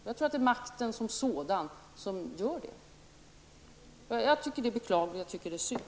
Jag tror att det är makten som sådan som gör det. Jag tycker att det är beklagligt och jag tycker att det är synd.